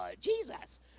jesus